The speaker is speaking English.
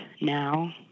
now